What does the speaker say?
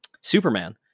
Superman